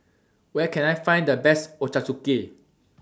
Where Can I Find The Best Ochazuke